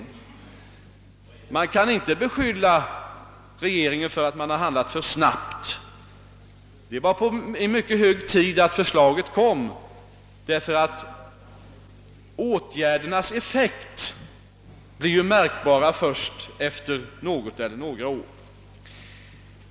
Regeringen kan inte beskyllas för att ha handlat för snabbt. Det var hög tid att förslaget presenterades, ty åtgärdernas effekt blir ju märkbar först efter något eller några år.